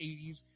80s